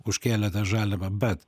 užkėlė tą žaliavą bet